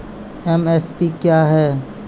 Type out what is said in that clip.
MSP क्या है?